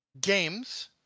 games